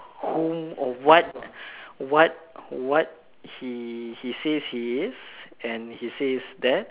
whom or what what what he he says he is and he says that